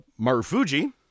Marufuji